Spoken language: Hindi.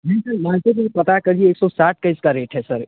जी सर मार्केट में पता करिए एक सौ साठ का इसका रेट है सर